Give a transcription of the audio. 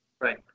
right